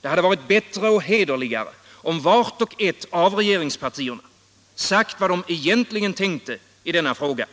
Det hade varit bättre och hederligare, om vart och ett av regeringspartierna sagt vad de egentligen tänkte i denna fråga